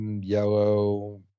yellow